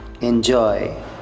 Enjoy